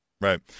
Right